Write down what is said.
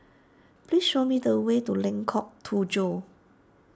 please show me the way to Lengkok Tujoh